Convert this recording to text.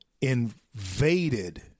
invaded